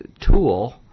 tool